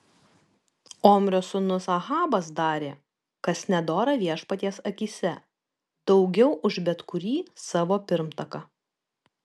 omrio sūnus ahabas darė kas nedora viešpaties akyse daugiau už bet kurį savo pirmtaką